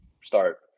start